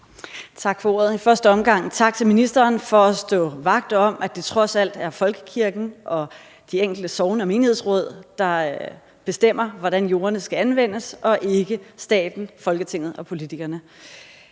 Tak for ordet, og i første omgang tak til ministeren for at stå vagt om, at det trods alt er folkekirken og de enkelte sogne- og menighedsråd, der bestemmer, hvordan jorderne skal anvendes, og ikke staten, Folketinget og politikerne.